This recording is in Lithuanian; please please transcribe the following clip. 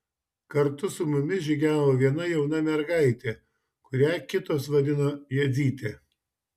kartu su mumis žygiavo viena jauna mergaitė kurią kitos vadino jadzyte